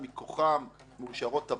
מכולן מאושרות תב"עות,